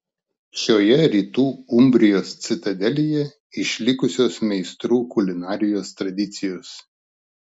šioje rytų umbrijos citadelėje išlikusios meistrų kulinarijos tradicijos